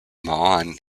mahon